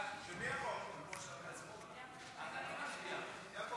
חוק התכנון והבנייה (תיקון מס' 159), התשפ"ה